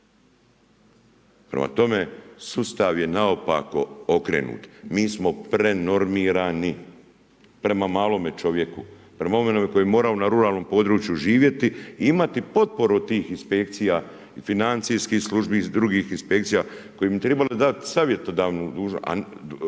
Prema tome, sustav je naopako okrenut. Mi smo prenormirani. Prema malome čovjeku, prema onome koji mora na ruralnom području živjeti, imati potporu od tih inspekcija i financijskih službi iz drugih inspekcija, koja bi trebale dat savjetodavnu dužnost,